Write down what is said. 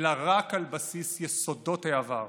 אלא רק על בסיס יסודות העבר,